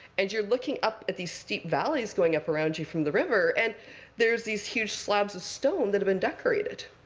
and you're looking up at these steep valleys going up around you from the river. and there's these huge slabs of stone that have been decorated,